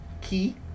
Key